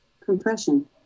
compression